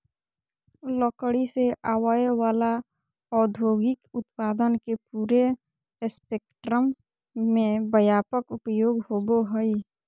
लकड़ी से आवय वला औद्योगिक उत्पादन के पूरे स्पेक्ट्रम में व्यापक उपयोग होबो हइ